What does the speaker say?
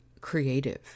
creative